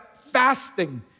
fasting